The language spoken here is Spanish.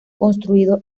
construido